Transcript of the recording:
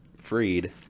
freed